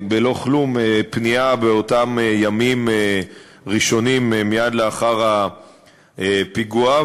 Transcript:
באותם ימים ראשונים מייד לאחר הפיגוע,